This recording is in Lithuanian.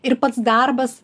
ir pats darbas